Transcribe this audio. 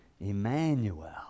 Emmanuel